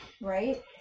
Right